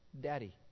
Daddy